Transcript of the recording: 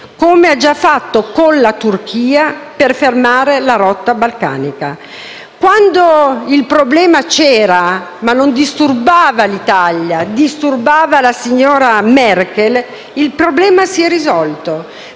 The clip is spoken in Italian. come ha già fatto con la Turchia per fermare la rotta balcanica. Quando il problema c'era, ma non disturbava l'Italia, disturbava la signora Merkel, si è risolto